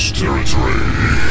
territory